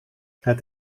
het